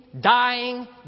dying